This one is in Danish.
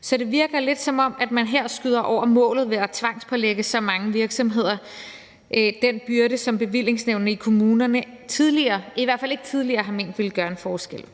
Så det virker lidt, som om man her skyder over målet ved at tvangspålægge så mange virksomheder den byrde, som bevillingsnævnene i kommunerne i hvert fald ikke tidligere har ment ville gøre en forskel.